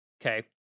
okay